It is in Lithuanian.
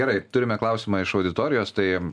gerai turime klausimą iš auditorijos tai